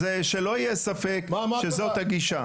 זה שלא יהיה ספק שזאת הגישה.